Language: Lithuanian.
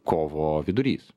kovo vidurys